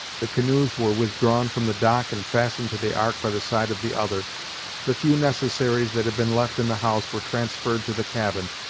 the canoes were withdrawn from the dock and fastened to the ark by the side of the other the few necessaries that had been left in the house were transferred to the cabin,